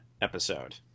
episode